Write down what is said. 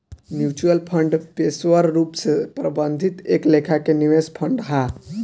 mutual fund पेशेवर रूप से प्रबंधित एक लेखा के निवेश फंड हा